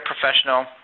professional